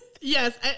Yes